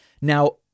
now